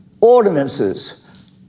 ordinances